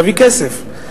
יביא כסף?